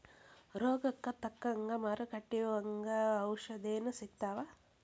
ರೋಗಕ್ಕ ತಕ್ಕಂಗ ಮಾರುಕಟ್ಟಿ ಒಂಗ ಔಷದೇನು ಸಿಗ್ತಾವ